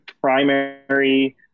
primary